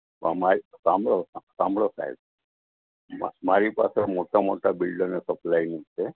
પણ મારી સાંભળો સાંભળો સહેબ મારી પાસે મોટા મોટા બિલ્ડરને સપ્લાયનું છે